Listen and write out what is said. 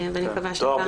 אני מקווה שם זה יתקיים.